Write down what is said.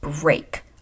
break